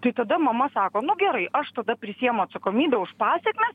tai tada mama sako nu gerai aš tada prisiimu atsakomybę už pasekmes